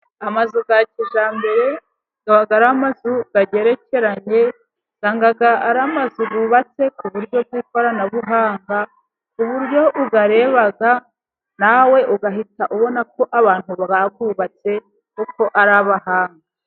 Amazu ya kijyambere aba ari amazu agerekeranye, usanga ari amazu yubatse ku buryo bw'ikoranabuhanga, ku buryo uyareba nawe ugahita ubona ko ,abantu bayubatse koko ari abahanga.